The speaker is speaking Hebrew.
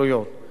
זה מתקשר